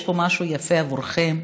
יש פה משהו יפה עבורכם.